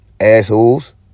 Assholes